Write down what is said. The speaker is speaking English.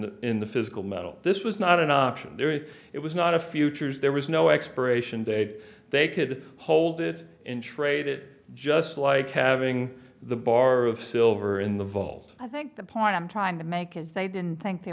the in the physical metal this was not an option there it was not a futures there was no expiration date they could hold it in trade it just like having the bar of silver in the vault i think the point i'm trying to make is they didn't think they